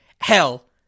Hell